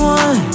one